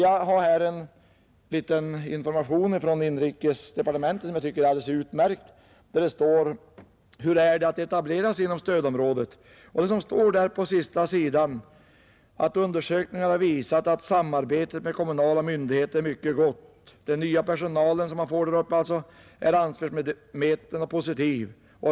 Jag har här en liten informationsskrift från inrikesdepartementet, som jag tycker är alldeles utmärkt. Det står där på sista sidan under rubriken ”Hur är det att etablera sig inom stödområdet?” att undersökningar har visat att ”samarbetet med kommunala myndigheter är mycket gott” och att ”den nya personalen” — den som man får där uppe — ”är ansvarsmedveten och positiv.